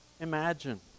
imagine